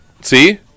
See